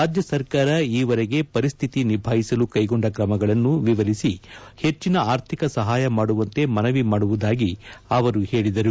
ರಾಜ್ಯ ಸರ್ಕಾರ ಈವರೆಗೆ ಪರಿಸ್ವಿತಿ ನಿಭಾಯಿಸಲು ಕೈಗೊಂಡ ಕ್ರಮಗಳನ್ನು ವಿವರಿಸಿ ಹೆಚ್ಚಿನ ಅರ್ಥಿಕ ಸಹಾಯ ಮಾಡುವಂತೆ ಮನವಿ ಮಾಡುವುದಾಗಿ ಅವರು ಹೇಳಿದರು